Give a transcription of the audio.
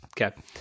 Okay